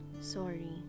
sorry